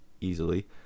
easily